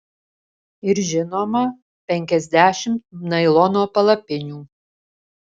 ir žinoma penkiasdešimt nailono palapinių